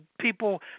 people